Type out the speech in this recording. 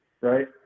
Right